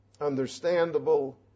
understandable